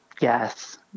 Yes